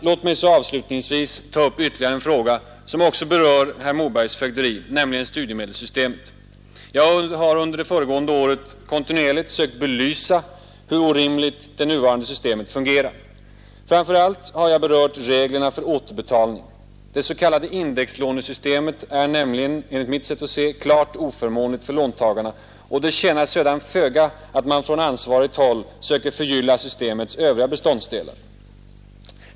Låt mig så slutligen ta upp ytterligare en fråga som också berör herr Mobergs fögderi, nämligen studiemedelssystemet. Jag har under det föregående året kontinuerligt sökt belysa hur orimligt det nuvarande systemet fungerar. Framför allt har jag berört reglerna för återbetalning. Det s.k. indexlånesystemet är nämligen, enligt mitt sätt att se, klart oförmånligt för låntagarna, och det tjänar sedan föga att man från ansvarigt håll söker förgylla systemets övriga beståndsdelar.